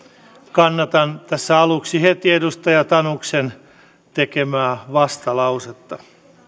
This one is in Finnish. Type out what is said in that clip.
kannatan tässä aluksi heti edustaja tanuksen tekemää vastalausetta